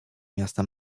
miasta